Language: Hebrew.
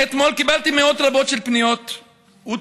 מאתמול קיבלתי מאות רבות של פניות ותגובות.